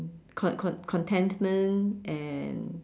con~ con~ contentment and